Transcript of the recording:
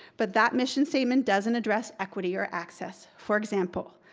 but that mission statement doesn't address equity or access. for example,